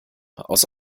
aus